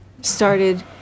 started